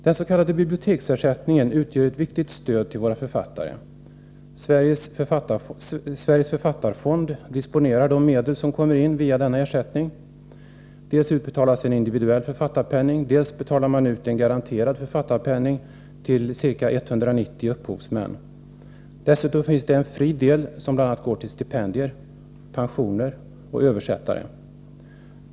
Den s.k. biblioteksersättningen utgör ett viktigt stöd till våra författare. Sveriges författarfond disponerar de medel som kommer in via denna ersättning. Dels utbetalas en individuell författarpenning, dels betalar man ut en garanterad författarpenning till ca 190 upphovsmän. Dessutom finns det en fri del, som bl.a. går till stipendier, pensioner och översättare.